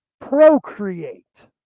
procreate